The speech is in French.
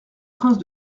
prince